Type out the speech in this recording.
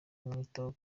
kumwitaho